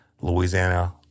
Louisiana